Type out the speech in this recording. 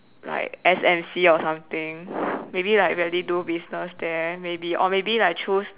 like S_M_C or something maybe like really do business there maybe or maybe like choose